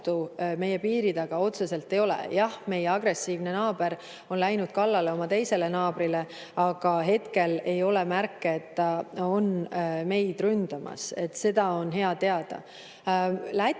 meie piiri taga otseselt ei ole. Jah, meie agressiivne naaber on läinud kallale oma teisele naabrile, aga hetkel ei ole märke, et ta on meid ründamas. Seda on hea teada.